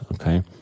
okay